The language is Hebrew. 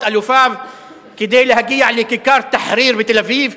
אלפיו כדי להגיע לכיכר תחריר בתל-אביב,